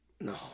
no